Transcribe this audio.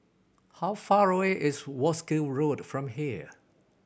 how far away is Wolskel Road from here